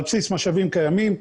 על בסיס משאבים קיימים.